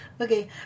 Okay